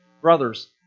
Brothers